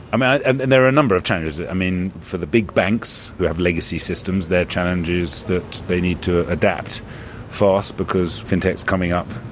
um ah and and there are a number of challenges. i mean, for the big banks who have legacy systems, their challenge is that they need to adapt fast because fintech's coming up,